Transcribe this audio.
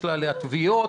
יש לה עליו תביעות,